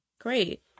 Great